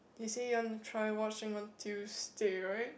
you say you want to try watching on Tuesday right